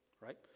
right